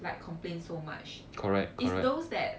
like complain so much is those that